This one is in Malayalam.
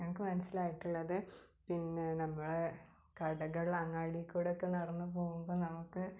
ഞങ്ങൾക്ക് മൻസ്സിലായിട്ടുള്ളത് പിന്നെ നമ്മൾ കടകൾങ്ങാടീ കൂടക്കെ നടന്ന് പോകുമ്പം നമുക്ക്